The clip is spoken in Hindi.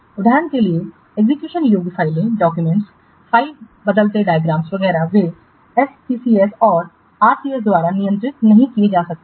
उदाहरण के लिए एग्जीक्यूशन योग्य फाइलें डॉक्यूमेंट फाइल बदलते डायग्राम वगैरह वे SCCS और RCS द्वारा नियंत्रित नहीं किए जा सकते हैं